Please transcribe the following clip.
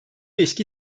eski